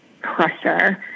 pressure